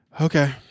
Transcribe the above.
Okay